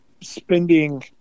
spending